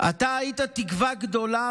אתה היית תקווה גדולה,